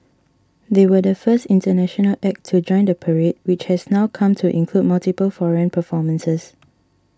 they were the first international act to join the parade which has now come to include multiple foreign performances